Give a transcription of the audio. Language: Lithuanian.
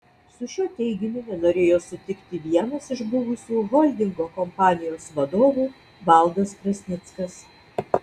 su šiuo teiginiu nenorėjo sutikti vienas iš buvusių holdingo kompanijos vadovų valdas krasnickas